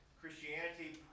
Christianity